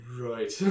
right